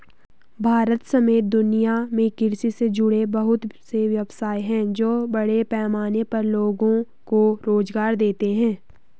भारत समेत दुनिया में कृषि से जुड़े बहुत से व्यवसाय हैं जो बड़े पैमाने पर लोगो को रोज़गार देते हैं